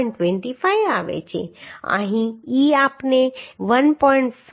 25 આવે છે અહીં e આપણે 1